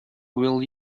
will